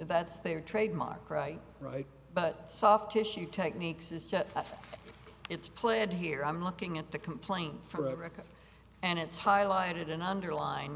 that's their trademark right right but soft tissue techniques is just it's played here i'm looking at the complaint for the record and it's highlighted in underlined